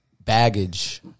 baggage